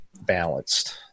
balanced